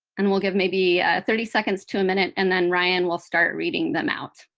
and we'll give maybe thirty seconds to a minute, and then ryan we'll start reading them out